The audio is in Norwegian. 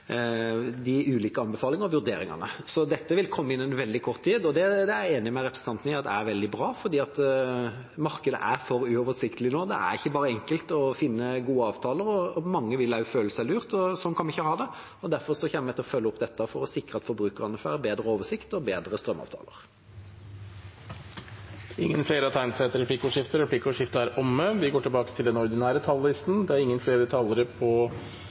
Så dette vil komme innen veldig kort tid, og det er jeg enig med representanten i er veldig bra, for markedet er for uoversiktlig nå. Det er ikke bare å enkelt å finne gode avtaler, og mange vil også føle seg lurt. Sånn kan vi ikke ha det, og derfor kommer vi til å følge opp dette for å sikre at forbrukerne får bedre oversikt og bedre strømavtaler. Replikkordskiftet er omme. Flere har heller ikke bedt om ordet til sak nr. 9. Etter ønske fra familie- og kulturkomiteen vil presidenten ordne debatten slik: 3 minutter til